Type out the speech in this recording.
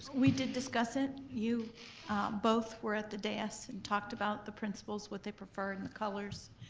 we did discuss it. you both were at the das and talked about the principals, what they prefer, and the colors.